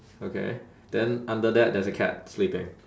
okay then under that there's a cat sleeping